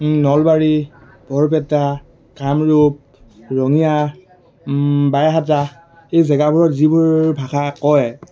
নলবাৰী বৰপেটা কামৰূপ ৰঙিয়া বাইহাটা এই জেগাবোৰত যিবোৰ ভাষা কয়